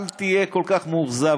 אל תהיה כל כך מאוכזב.